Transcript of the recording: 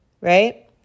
right